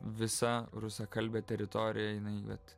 visa rusakalbė teritoriją jinai vat